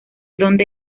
dónde